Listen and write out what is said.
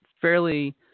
fairly